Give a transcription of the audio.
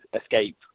escape